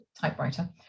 typewriter